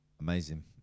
amazing